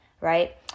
right